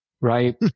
right